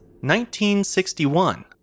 1961